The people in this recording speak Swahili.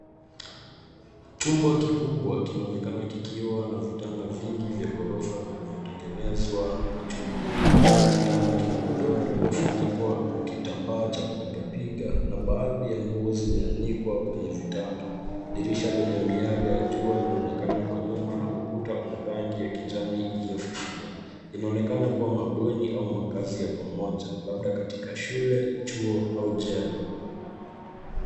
Chumba kikubwa kinaonekana kikiwa na vitanda vingi vya ghorofa vilivyotengenezwa kwa chuma. Kila kitanda kina godoro lilofunikwa kwa kitambaa cha kupigapiga na baadhi ya nguo zimeanikwa kwenye vitanda. Dirisha lenye miale ya jua inaonekana kwa nyuma na ukuta una rangi ya kijani iliyofifia. Inaonekana kuwa mabweni au makazi ya pamoja, labda katika shule, chuo au jela.